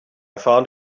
found